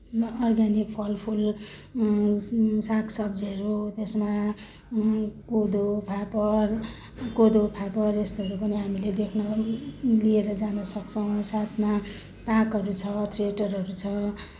organic फल फुल साग सब्जीहरू त्यसमा कोदो फापर कोदो फापर यस्तोहरू पनि हामीले देख्न लिएर जान सक्छौँ साथमा पार्कहरू छ थिएटरहरू छ